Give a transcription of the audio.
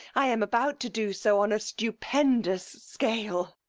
i am about to do so on a stupendous scale.